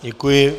Děkuji.